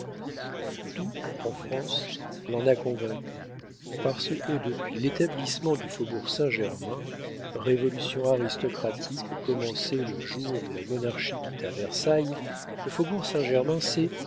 tout en france l'en a convaincu parce que depuis l'établissement du faubourg saint-germain révolution aristocratique commencée le jour où la monarchie quitta versailles le faubourg saint-germain